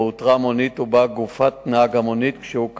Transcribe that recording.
ובו אותרה מונית ובה גופת נהג המונית כשהוא כפות.